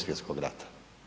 Svjetskog rata.